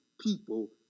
people